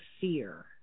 fear